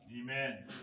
Amen